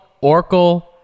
Oracle